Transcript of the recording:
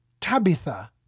Tabitha